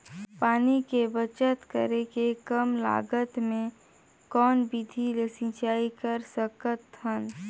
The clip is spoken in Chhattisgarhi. पानी के बचत करेके कम लागत मे कौन विधि ले सिंचाई कर सकत हन?